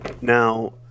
now